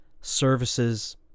services